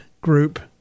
group